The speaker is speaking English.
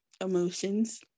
emotions